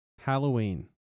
Halloween